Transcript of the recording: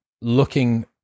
looking